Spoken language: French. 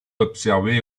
observés